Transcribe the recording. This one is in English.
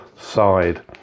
side